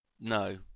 No